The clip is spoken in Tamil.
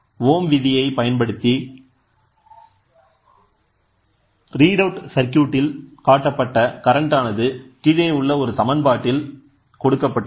ஓம் விதியை பயன்படுத்தி ரீட்அவுட் சர்க்யூட் ஆல் காட்டப்பட்ட கரண்ட் ஆனது கீழே உள்ள ஒரு சமன்பாட்டில் கொடுக்கப்பட்டுள்ளது